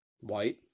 White